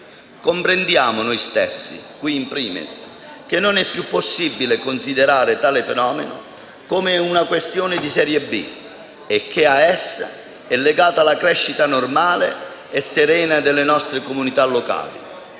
Comprendiamo noi stessi in questa sede che *in primis* non è più possibile considerare tale fenomeno come una questione di serie B e che ad esso è legato la crescita «normale e serena» delle nostre comunità locali.